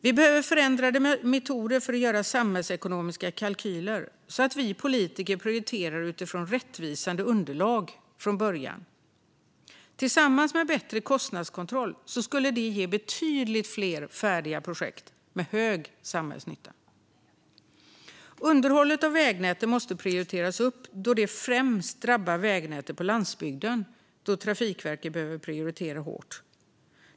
Vi behöver förändrade metoder för att göra samhällsekonomiska kalkyler så att vi politiker prioriterar utifrån rättvisande underlag från början. Tillsammans med bättre kostnadskontroll skulle det ge betydligt fler färdiga projekt med stor samhällsnytta. Underhållet av vägnätet måste prioriteras upp då det främst drabbar vägnätet på landsbygden när Trafikverket behöver prioritera hårt.